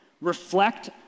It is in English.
reflect